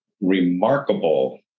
remarkable